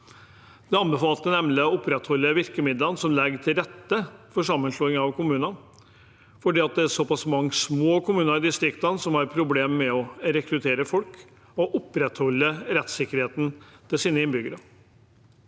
De anbefalte nemlig å opprettholde virkemidlene som legger til rette for sammenslåing av kommuner, fordi det er såpass mange små kommuner i distriktene som har problemer med å rekruttere folk og opprettholde rettssikkerheten til sine innbyggere.